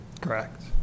Correct